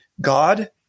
God